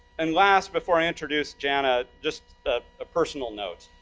and last, before i introduce jana, just a personal note.